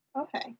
Okay